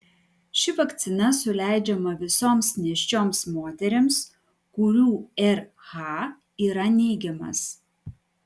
ši vakcina suleidžiama visoms nėščioms moterims kurių rh yra neigiamas